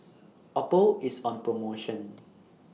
Oppo IS on promotion